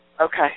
Okay